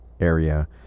area